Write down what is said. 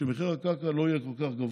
שמחיר הקרקע לא יהיה כל כך גבוה.